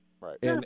Right